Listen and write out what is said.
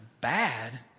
bad